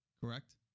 Correct